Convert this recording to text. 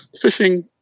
fishing